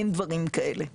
אין דברים כאלה.